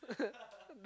that's